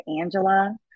Angela